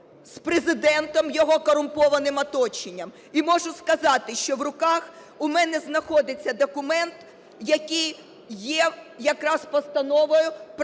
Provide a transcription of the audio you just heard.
з Президентом, його корумпованим оточенням. І можу сказати, що в руках у мене знаходиться документ, який є якраз постановою